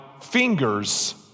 fingers